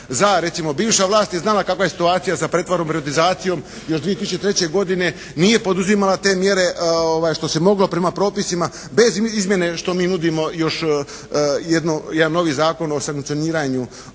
bivša vlast je znala kakva je situacija sa pretvorbom, privatizacijom još 2003. godine. Nije poduzimala te mjere što se moglo prema propisima, bez izmjene što mi nudimo još jedan novi Zakon o sankcioniranju